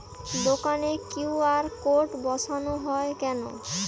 দোকানে QR code বসানো হয় কেন?